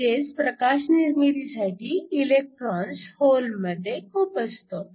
म्हणजेच प्रकाश निर्मितीसाठी इलेकट्रॉन्स होलमध्ये खुपसतो